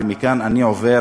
ומכאן אני עובר